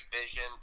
vision